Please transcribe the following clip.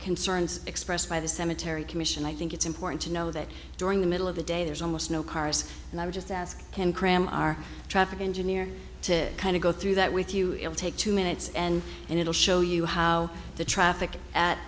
concerns expressed by the cemetery commission i think it's important to know that during the middle of the day there's almost no cars and i would just ask can cram our traffic engineer to kind of go through that with you ill take two minutes and and it'll show you how the traffic at